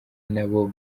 nabo